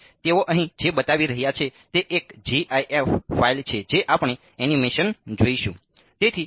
તેથી તેઓ અહીં જે બતાવી રહ્યા છે તે એક gif ફાઇલ છે જે આપણે એનિમેશન જોઈશું